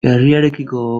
herriarekiko